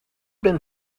been